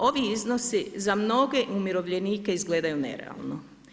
Ovi iznosi za mnoge umirovljenike izgledaju nerealno.